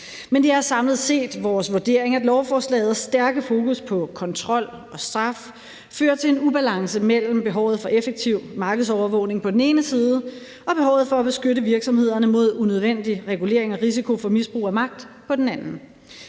men det er samlet set vores vurdering, at lovforslagets stærke fokus på kontrol og straf fører til en ubalance mellem behovet for effektiv markedsovervågning på den ene side og behovet for at beskytte virksomhederne mod unødvendig regulering og risiko for misbrug af magt på den anden.